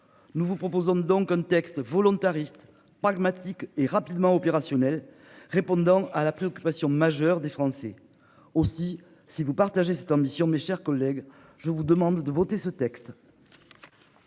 Nous vous proposons donc un texte volontariste pragmatique et rapidement opérationnel répondant à la préoccupation majeure des Français aussi si vous partagez cette ambition. Mes chers collègues, je vous demande de voter ce texte.